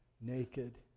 naked